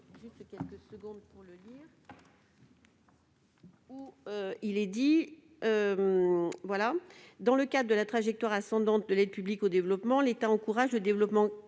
projet de loi :« Dans le cadre de la trajectoire ascendante de l'aide publique au développement, l'État encourage le développement quantitatif et